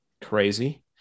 Crazy